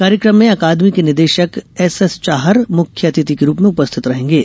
कार्यक्रम में अकादमी के निदेशक एसएस चाहर मुख्य अतिथि के रूप में उपस्थित रहेंगे